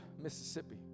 Mississippi